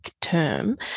term